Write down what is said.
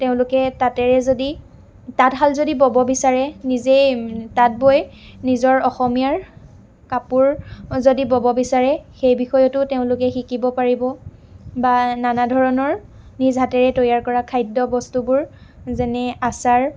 তেওঁলোকে তাতে যদি তাঁতশাল যদি বব বিচাৰে নিজেই তাঁত বৈ নিজৰ অসমীয়াৰ কাপোৰ যদি বব বিচাৰে সেই বিষয়তো তেওঁলোকে শিকিব পাৰিব বা নানা ধৰণৰ নিজ হাতেৰে তৈয়াৰ কৰা খাদ্য বস্তুবোৰ যেনে আচাৰ